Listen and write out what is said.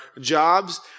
jobs